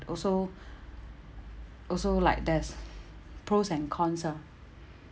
also also like there's pros and cons ah